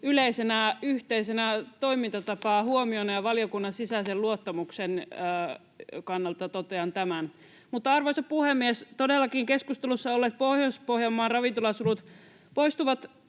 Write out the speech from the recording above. yleisenä yhteisenä toimintatapahuomiona, ja valiokunnan sisäisen luottamuksen kannalta totean tämän. Mutta, arvoisa puhemies, todellakin keskustelussa olleet Pohjois-Pohjanmaan ravintolasulut poistuvat